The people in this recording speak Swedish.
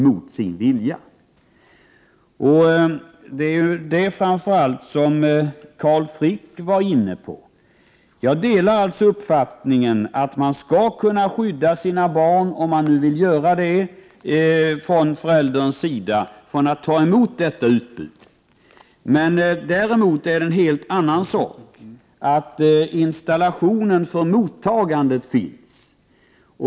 Jag delar också den uppfattning som framför allt Carl Frick uttryckte, nämligen att de föräldrar som vill skydda sina barn från att ta emot detta | utbud skall kunna göra det. Däremot är det en helt annan sak att installationen för mottagandet finns.